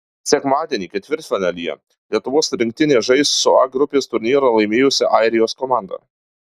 sekmadienį ketvirtfinalyje lietuvos rinktinė žais su a grupės turnyrą laimėjusia airijos komanda